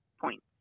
points